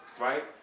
Right